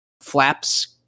flaps